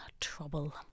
trouble